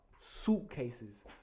suitcases